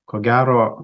ko gero